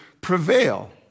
prevail